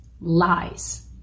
lies